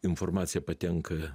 informacija patenka